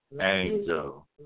Angel